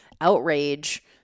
outrage